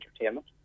entertainment